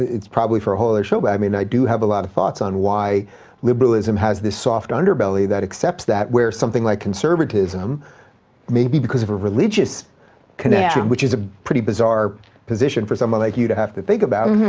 it's probably for a whole other show, but, i mean, i do have a lot of thoughts on why liberalism has this soft underbelly that accepts that, where something like conservatism maybe because of religious connection, which is a pretty bizarre position for someone like you to have to think about,